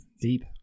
deep